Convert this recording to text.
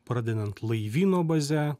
pradedant laivyno baze